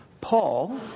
Paul